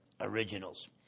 originals